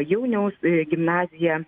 jauniaus gimnazija